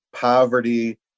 poverty